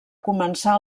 començar